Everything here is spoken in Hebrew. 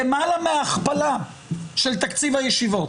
למעלה מהכפלה של תקציב הישיבות,